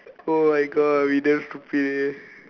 oh my God we damn stupid leh